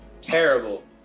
Terrible